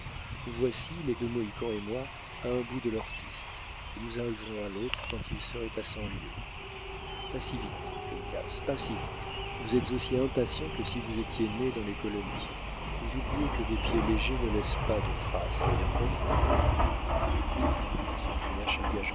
nous voici les deux mohicans et moi à un bout de leur piste et nous arriverons à l'autre quand il serait à cent lieues pas si vite uncas pas si vite vous êtes aussi impatient que si vous étiez né dans les colonies vous oubliez que des pieds légers ne laissent pas de traces bien profondes hugh s'écria